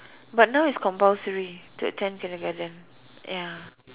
but now it's compulsory to attend kindergarten ya